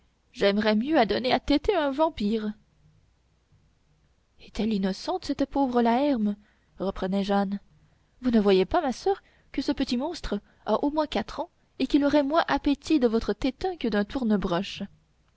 j'aimerais mieux donner à téter à un vampire est-elle innocente cette pauvre la herme reprenait jehanne vous ne voyez pas ma soeur que ce petit monstre a au moins quatre ans et qu'il aurait moins appétit de votre tétin que d'un